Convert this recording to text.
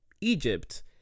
Egypt